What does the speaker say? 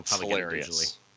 hilarious